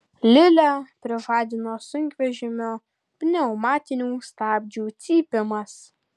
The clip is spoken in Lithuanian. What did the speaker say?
lilę prižadino sunkvežimio pneumatinių stabdžių cypimas